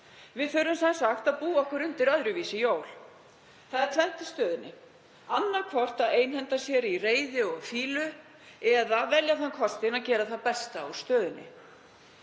Við þurfum sem sagt að búa okkur undir öðruvísi jól. Það er tvennt í stöðunni, annaðhvort að einhenda sér í reiði og fýlu eða velja þann kostinn að gera það besta úr stöðunni.